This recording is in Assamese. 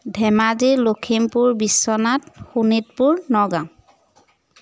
ধেমাজি লখিমপুৰ বিশ্বনাথ শোণিতপুৰ নগাঁও